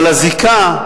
אבל הזיקה,